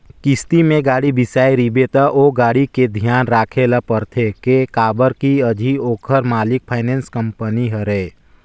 किस्ती में गाड़ी बिसाए रिबे त ओ गाड़ी के धियान राखे ल परथे के काबर कर अझी ओखर मालिक फाइनेंस कंपनी हरय